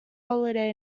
holiday